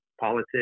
politics